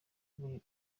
buri